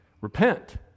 Repent